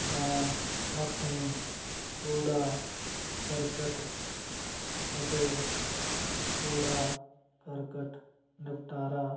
ਮੈਂ ਆਪਣੀ ਕੂੜਾ ਕਰਕਟ ਅਤੇ ਕੂੜਾ ਕਰਕਟ ਨਿਪਟਾਰਾ